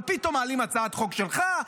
אבל פתאום מעלים הצעת חוק שלך,